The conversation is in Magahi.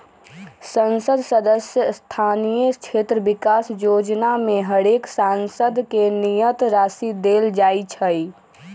संसद सदस्य स्थानीय क्षेत्र विकास जोजना में हरेक सांसद के नियत राशि देल जाइ छइ